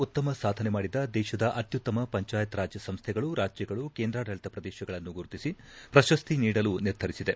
ಉತ್ತಮ ಸಾಧನೆ ಮಾಡಿದ ದೇಶದ ಅತ್ಯುತ್ತಮ ಪಂಚಾಯತ್ ರಾಜ್ ಸಂಸ್ದೆಗಳುರಾಜ್ಯಗಳುಕೇಂದ್ರಾಡಳಿತ ಪ್ರದೇಶಗಳನ್ನು ಗುರುತಿಸಿ ಪ್ರಶಸ್ತಿ ನೀಡಲು ನಿರ್ಧರಿಸಿದೆ